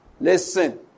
Listen